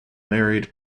married